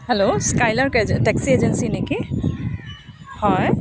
hello skylark এজে taxi agency নেকি হয়